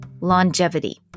longevity